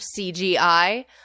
cgi